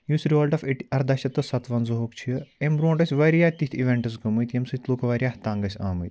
یُس revolt of ایٹی اَرداہ شَتھ تہٕ سَتوَنٛزٕہُک چھِ اَمہِ برٛونٛٹھ ٲسۍ واریاہ تِتھۍ اِوٮ۪نٛٹٕز گٔمٕتۍ ییٚمہِ سۭتۍ لُکھ واریاہ تنٛگ ٲسۍ آمٕتۍ